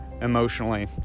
emotionally